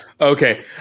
Okay